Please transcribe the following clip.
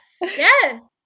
Yes